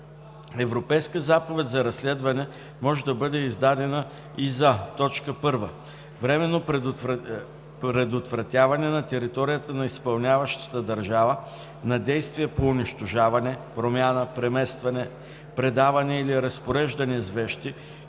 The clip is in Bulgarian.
Европейска заповед за разследване може да бъде издадена и за: 1. временно предотвратяване на територията на изпълняващата държава на действия по унищожаване, промяна, преместване, предаване или разпореждане с вещи,